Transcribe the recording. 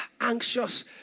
anxious